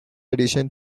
addition